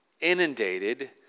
Inundated